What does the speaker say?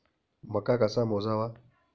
मका कसा मोजावा?